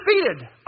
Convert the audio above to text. Undefeated